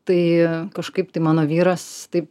tai kažkaip tai mano vyras tai